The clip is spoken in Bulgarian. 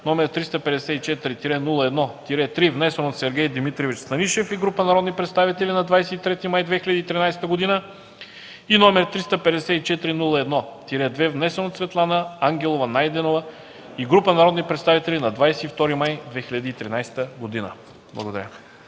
г., № 354-01-3, внесен от Сергей Дмитриевич Станишев и група народни представители на 23 май 2013 г., и № 354-01-2, внесен от Светлана Ангелова Найденова и група народни представители на 22 май 2013 г.” Благодаря.